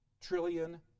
trillion